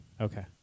Okay